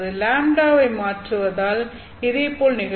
λ வை மாற்றுவதால் இதேபோல் நிகழும்